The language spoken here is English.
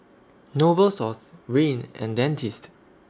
Novosource Rene and Dentiste